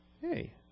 Hey